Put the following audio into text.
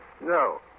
No